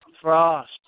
Frost